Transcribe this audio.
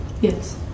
Yes